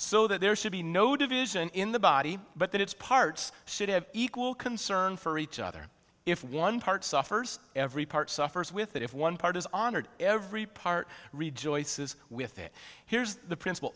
so that there should be no division in the body but that its parts should have equal concern for each other if one part suffers every part suffers with it if one part is honored every part rejoices with it here's the principal